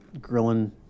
grilling